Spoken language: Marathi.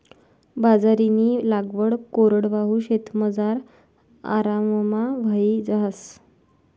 बाजरीनी लागवड कोरडवाहू शेतमझार आराममा व्हयी जास